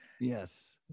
Yes